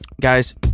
guys